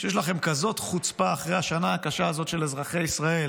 שיש לכם כזאת חוצפה אחרי השנה הקשה הזאת של אזרחי ישראל